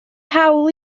hawl